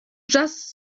just